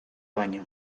baino